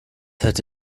hätte